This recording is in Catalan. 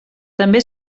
també